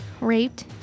raped